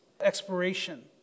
expiration